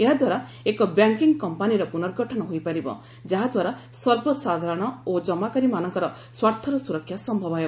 ଏହାଦ୍ୱାରା ଏକ ବ୍ୟାଙ୍କିଙ୍ଗ୍ କମ୍ପାନୀର ପୁନର୍ଗଠନ ହୋଇପାରିବ ଯାହାଦ୍ୱାରା ସର୍ବସାଧାରଣ ଓ ଜମାକାରୀମାନଙ୍କର ସ୍ୱାର୍ଥର ସ୍ୱରକ୍ଷା ସମ୍ଭବ ହେବ